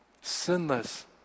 sinless